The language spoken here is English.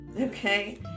okay